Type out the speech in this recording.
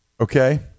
okay